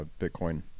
Bitcoin